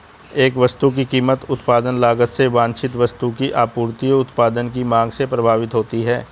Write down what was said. एक वस्तु की कीमत उत्पादन लागत से वांछित वस्तु की आपूर्ति और उत्पाद की मांग से प्रभावित होती है